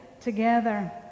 together